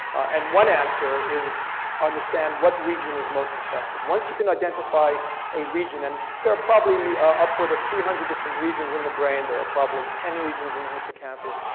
and one answer is understand what region is most affected. once you can identify a region, and there are probably upward of three hundred different regions in the brain, there are probably ten regions in the hippocampus.